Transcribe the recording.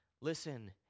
Listen